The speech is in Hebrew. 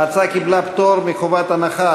ההצעה קיבלה פטור מחובת הנחה.